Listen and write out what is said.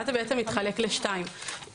ואז זה מתחלק לשני חלקים.